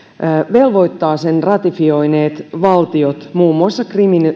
velvoittaa sen ratifioineet valtiot muun muassa